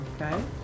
okay